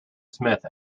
smith